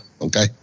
okay